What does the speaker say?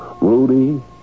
Rudy